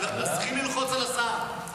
אז צריכים ללחוץ על השר.